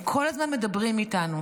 הם כל הזמן מדברים איתנו,